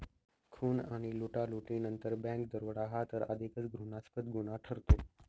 खून आणि लुटालुटीनंतर बँक दरोडा हा तर अधिकच घृणास्पद गुन्हा ठरतो